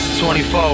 24